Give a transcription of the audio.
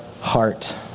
heart